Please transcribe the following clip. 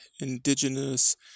Indigenous